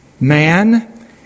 man